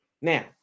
Now